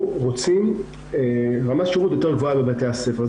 רוצים רמת שירות יותר גבוהה בבתי הספר.